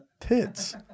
Tits